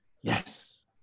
Yes